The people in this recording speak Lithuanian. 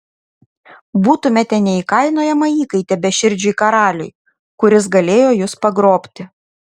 būtumėte neįkainojama įkaitė beširdžiui karaliui kuris galėjo jus pagrobti